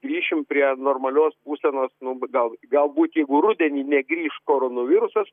grįšim prie normalios būsenos nu gal galbūt jeigu rudenį negrįš koronavirusas